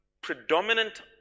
predominant